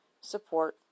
support